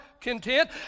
content